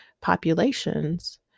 populations